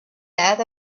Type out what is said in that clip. that